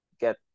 get